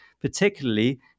particularly